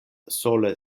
sole